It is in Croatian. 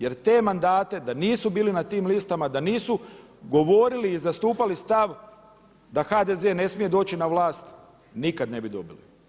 Jer te mandate da nisu bili na tim listama, da nisu govorili i zastupali stav da HDZ ne smije doći na vlast, nikada ne bi dobili.